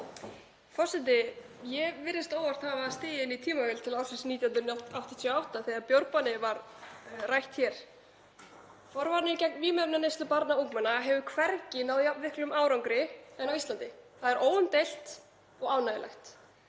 Forseti. Ég virðist óvart hafa stigið inn í tímavél til ársins 1988 þegar bjórbannið var rætt hér. Forvarnir gegn vímuefnaneyslu barna og ungmenna hafa hvergi náð jafn miklum árangri og á Íslandi. Það er óumdeilt og ánægjulegt.